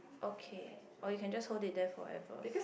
okay or you can just hold it there forever